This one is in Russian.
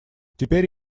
теперь